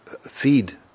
feed